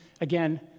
again